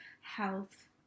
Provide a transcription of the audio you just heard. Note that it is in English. health